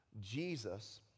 Jesus